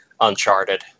Uncharted